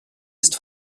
ist